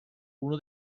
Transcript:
uno